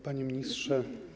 Panie Ministrze!